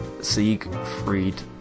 Siegfried